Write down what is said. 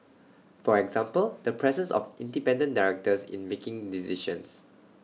for example the presence of independent directors in making decisions